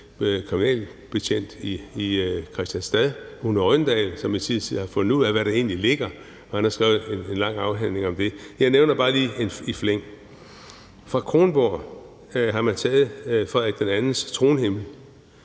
kriminalbetjent i Kristianstad, Uno Röndahl, som i sin tid har fundet ud af, hvad der egentlig ligger, og han har skrevet en lang afhandling om det, og jeg nævner bare lige i flæng: Fra Kronborg har man taget Frederik II's tronhimmel,